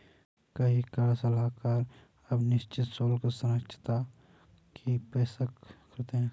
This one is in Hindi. कई कर सलाहकार अब निश्चित शुल्क साक्षात्कार की पेशकश करते हैं